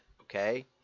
Okay